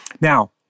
Now